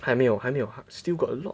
还没有还没有 still got a lot